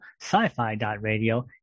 sci-fi.radio